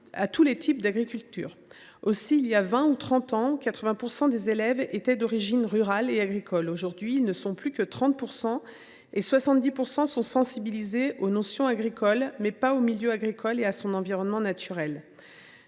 à tous les types d’agriculture. Il y a vingt ou trente ans, 80 % des élèves étaient d’origine rurale et agricole. Aujourd’hui ils ne sont plus que 30 %, et les 70 % restants sont sensibilisés aux notions agricoles, mais pas aux milieux agricoles et à leur environnement naturel.